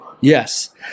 Yes